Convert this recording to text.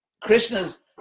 Krishna's